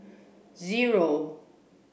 zero